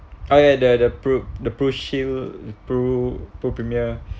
oh ya the the pru the prushield pru prupremier